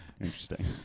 interesting